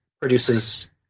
produces